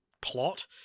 plot